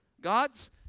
God's